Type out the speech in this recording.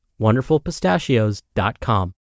wonderfulpistachios.com